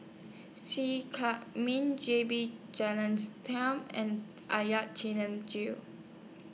See Chak Mun J B and Gill